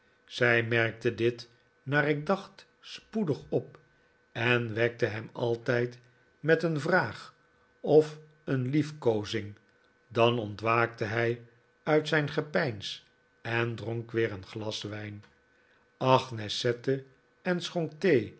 zij merkte dit naar ik dacht spoedig op en wekte hem altijd met een vraag of een liefkoozing dan ontwaakte hij uit zijn gepeins en dronk weer een glas wijn agnes zette en schonk thee